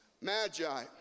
magi